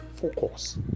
focus